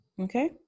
Okay